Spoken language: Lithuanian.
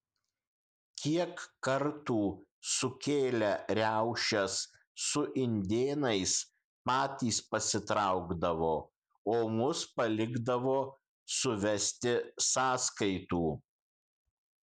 kiek kartų sukėlę riaušes su indėnais patys pasitraukdavo o mus palikdavo suvesti sąskaitų